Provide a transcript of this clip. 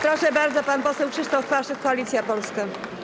Proszę bardzo, pan poseł Krzysztof Paszyk, Koalicja Polska.